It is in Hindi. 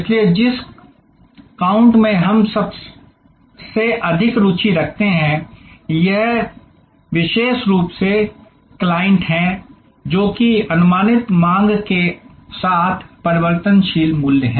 इसलिए जिस क्वाड्रंट में हम सबसे अधिक रुचि रखते हैं वह यह विशेष रूप से क्वाड्रंट है जो कि अनुमानित मांग के साथ परिवर्तनीय मूल्य है